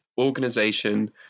organization